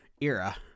era